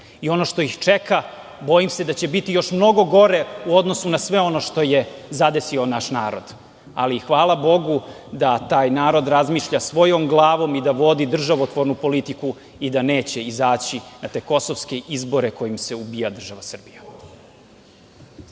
Ono što ih čeka bojim se da će biti još mnogo gore u odnosu na sve ono što je zadesio naš narod, ali hvala Bogu da taj narod razmišlja svojom glavom i da vodi državotvornu politiku i da neće izaći na te kosovske izbore kojima se ubija država Srbija.